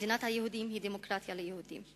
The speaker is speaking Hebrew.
מדינת היהודים היא דמוקרטיה ליהודים,